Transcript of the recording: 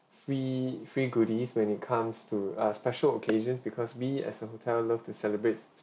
free free goodies when it comes to uh special occasions because we as a hotel love to celebrate